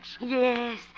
Yes